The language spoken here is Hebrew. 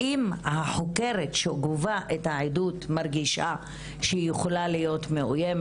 אם החוקרת שגובה את העדות מרגישה שהיא יכולה להיות מאוימת,